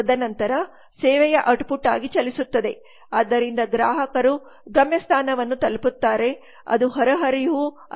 ತದನಂತರ ಸೇವೆಯು ಔಟ್ಟ್ಪುಟ್ ಆಗಿ ಚಲಿಸುತ್ತದೆ ಆದ್ದರಿಂದ ಗ್ರಾಹಕರು ಗಮ್ಯಸ್ಥಾನವನ್ನು ತಲುಪುತ್ತಾರೆ ಅದು ಹೊರಹರಿವುಉತ್ಪಾದನೆ ಔಟ್ ಪುಟ್ out put ಆಗಿದೆ